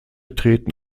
treten